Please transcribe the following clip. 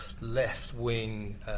left-wing